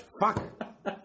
Fuck